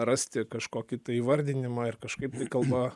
rasti kažkokį įvardinimą ir kažkaip kalba